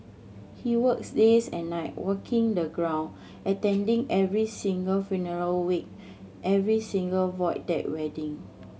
he works days and night walking the ground attending every single funeral wake every single Void Deck wedding